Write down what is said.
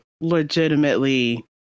legitimately